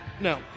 No